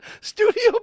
studio